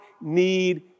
need